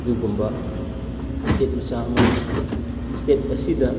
ꯑꯗꯨꯒꯨꯝꯕ ꯏꯁꯇꯦꯠ ꯃꯆꯥ ꯑꯃꯅꯤ ꯏꯁꯇꯦꯠ ꯑꯁꯤꯗ